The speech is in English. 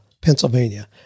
Pennsylvania